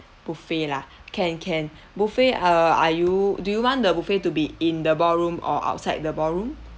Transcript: buffet lah can can buffet uh are you do you want the buffet to be in the ballroom or outside the ballroom